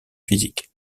physiques